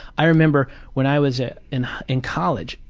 i remember when i was ah in in college,